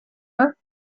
her